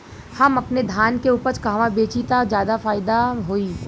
हम अपने धान के उपज कहवा बेंचि त ज्यादा फैदा होई?